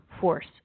force